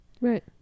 right